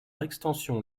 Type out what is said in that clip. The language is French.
extension